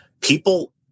People